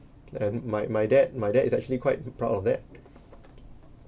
and my my dad my dad is actually quite proud of that